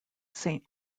saint